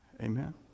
Amen